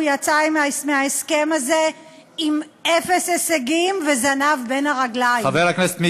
יצא מההסכם הזה עם אפס הישגים וזנב בין הרגליים.